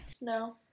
No